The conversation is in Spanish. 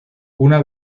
una